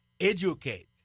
educate